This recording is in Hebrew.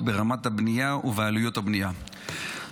והוא הצעת חוק רישום קבלנים לעבודות הנדסה בנאיות (תיקון מס' 8),